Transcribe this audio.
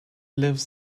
lives